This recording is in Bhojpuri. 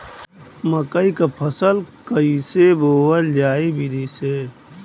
मकई क फसल कईसे बोवल जाई विधि से?